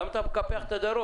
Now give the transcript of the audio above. למה אתה מקפח את הדרום?